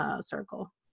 circle